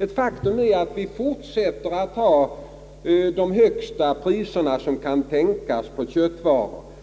Ett faktum är att vi fortsätter att ha de högsta priser på köttvaror som kan tänkas.